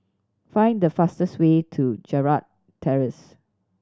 find the fastest way to Gerald Terrace